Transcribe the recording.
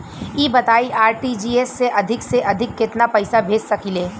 ई बताईं आर.टी.जी.एस से अधिक से अधिक केतना पइसा भेज सकिले?